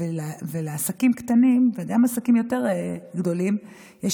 ולעסקים קטנים וגם לעסקים יותר גדולים יש